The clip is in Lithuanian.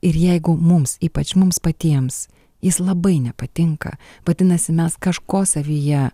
ir jeigu mums ypač mums patiems jis labai nepatinka vadinasi mes kažko savyje